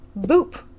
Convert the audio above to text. Boop